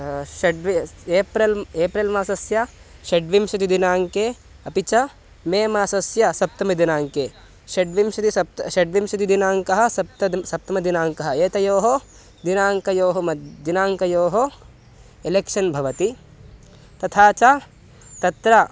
षड्वि April April मासस्य षड्विंशतिदिनाङ्के अपि च मे मासस्य सप्तमदिनाङ्के षड्विंशति सप्त षड्विंशतिदिनाङ्कः सप्त सप्तमदिनाङ्कः एतयोः दिनाङ्कयोः मध्ये दिनाङ्कयोः एलेक्षन् भवति तथा च तत्र